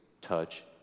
touch